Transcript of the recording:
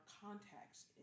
contacts